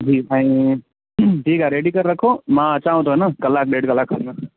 जी ऐं ठीकु आहे रेडी करे रखो मां अचांव थो हे न कलाक ॾेढु कलाक खनि में